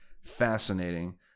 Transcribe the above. fascinating